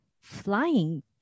flying